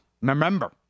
Remember